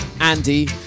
Andy